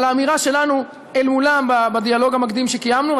אבל האמירה שלנו אל מולם בדיאלוג המקדים שקיימנו,